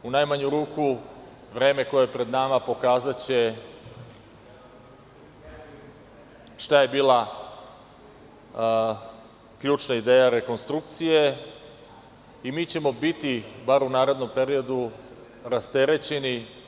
U najmanju ruku, vreme koje je pred nama pokazaće šta je bila ključna ideja rekonstrukcije i mi ćemo biti, bar u narednom periodu, rasterećeni.